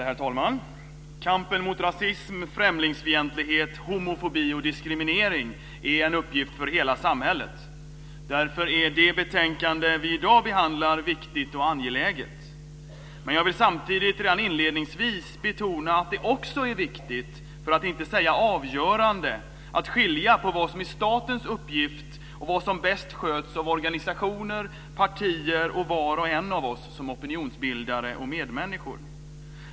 Herr talman! Kampen mot rasism, främlingsfientlighet, homofobi och diskriminering är en uppgift för hela samhället. Därför är det betänkande som vi i dag behandlar viktigt och angeläget. Samtidigt vill jag redan inledningsvis betona att det också är viktigt, för att inte säga avgörande, att skilja på vad som är statens uppgift och vad som bäst sköts av organisationer, partier och var och en av oss som opinionsbildare och medmänniskor.